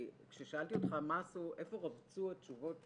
כששאלתי אותך איפה רבצו התשובות